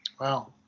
Wow